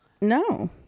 No